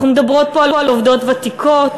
אנחנו מדברות פה על עובדות ותיקות,